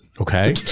Okay